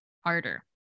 harder